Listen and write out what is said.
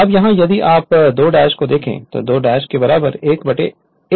अब यहाँ यदि आप इस 2 ' को देखें तो 2 ' 2 बराबर 1 a है